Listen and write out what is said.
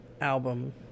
album